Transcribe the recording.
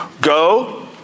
go